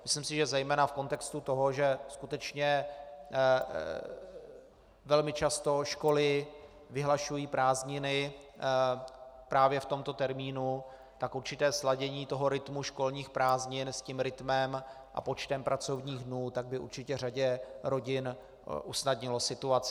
Myslím si, že zejména v kontextu toho, že skutečně velmi často školy vyhlašují prázdniny právě v tomto termínu, tak určité sladění toho rytmu školních prázdnin s rytmem a počtem pracovních dnů by určitě řadě rodin usnadnilo situaci.